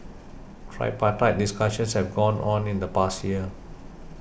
tripartite discussions have gone on in the past year